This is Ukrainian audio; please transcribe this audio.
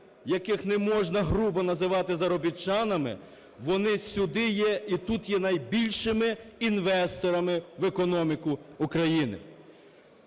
яких не можна грубо називати заробітчанами, вони сюди є і тут є найбільшими інвесторами в економіку України.